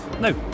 no